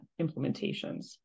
implementations